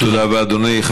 תודה רבה, אדוני.